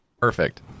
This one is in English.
Perfect